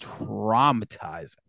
traumatizing